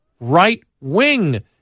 right-wing